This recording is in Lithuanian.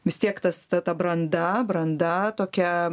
vis tiek tas ta ta branda branda tokia